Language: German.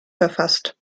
verfasst